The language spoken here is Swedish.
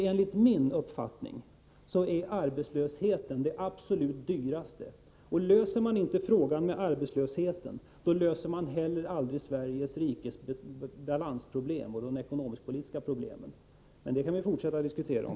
Enligt min mening är arbetslösheten det absolut dyraste, och löser vi inte problemet med arbetslösheten, löser vi heller aldrig Svea rikes balansproblem och de ekonomiska problemen. Men det kan vi fortsätta att diskutera om.